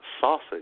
sausage